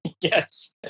Yes